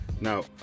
Now